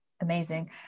amazing